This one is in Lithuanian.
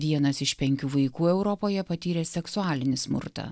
vienas iš penkių vaikų europoje patyrė seksualinį smurtą